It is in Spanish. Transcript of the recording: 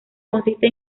consiste